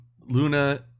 Luna